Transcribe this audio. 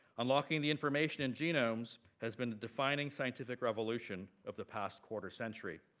unlocking the information in genomes has been the defining scientific revolution of the past quarter century.